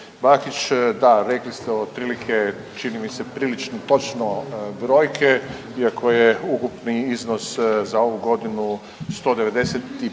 Bakić. Da, rekli ste otprilike čini mi se prilično točno brojke iako je ukupni iznos za ovu godinu 195